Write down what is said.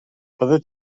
byddet